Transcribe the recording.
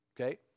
Okay